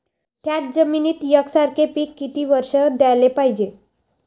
थ्याच जमिनीत यकसारखे पिकं किती वरसं घ्याले पायजे?